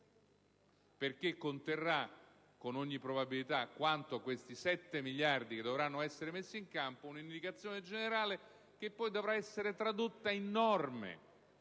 contenendo con ogni probabilità, rispetto ai 7 miliardi che dovranno essere messi in campo, un'indicazione generale che poi dovrà essere tradotta in norme.